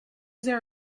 there